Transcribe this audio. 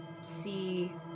see